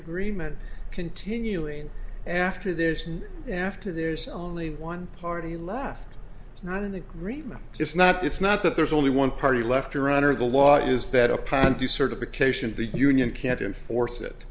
agreement continuing after this and after there's only one party left it's not in agreement it's not it's not that there's only one party left around or the lot is that a plan to certification the union can't enforce it